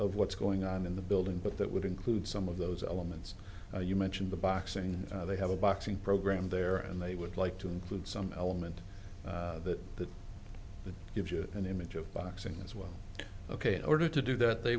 of what's going on in the building but that would include some of those elements you mentioned the boxing they have a boxing program there and they would like to include some element that gives you an image of boxing as well ok in order to do that they